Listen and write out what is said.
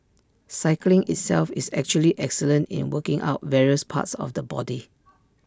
cycling itself is actually excellent in working out various parts of the body